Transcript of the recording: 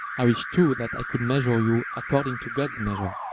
i wish too that i could measure you according to god's measure.